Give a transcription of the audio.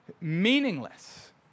meaningless